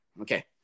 okay